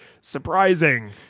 surprising